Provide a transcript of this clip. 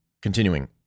continuing